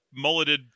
mulleted